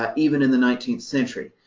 um even in the nineteenth century.